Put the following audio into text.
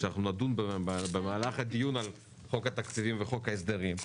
שנדון בהם במהלך הדיון על התקציב וחוק ההסדרים.